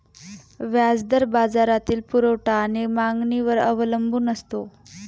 व्याज दर बाजारातील पुरवठा आणि मागणीवर अवलंबून असतो